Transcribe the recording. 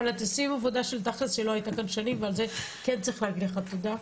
אבל עושים עבודה שתכלס לא הייתה כאן שנים ועל זה כן צריך להגיד לך תודה.